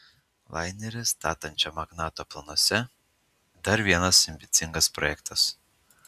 lainerį statančio magnato planuose dar vienas ambicingas projektas